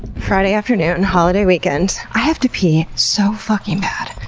friday afternoon, holiday weekend i have to pee so fucking bad.